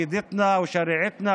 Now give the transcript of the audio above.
ההכרחית על הגופה תסתיים כדי לשחרר אותה.